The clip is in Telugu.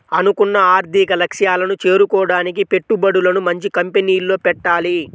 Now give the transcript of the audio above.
అనుకున్న ఆర్థిక లక్ష్యాలను చేరుకోడానికి పెట్టుబడులను మంచి కంపెనీల్లో పెట్టాలి